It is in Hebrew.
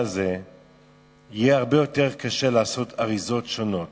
הזה יהיה הרבה יותר קשה לעשות אריזות שונות,